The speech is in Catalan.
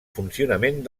funcionament